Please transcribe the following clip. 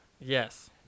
Yes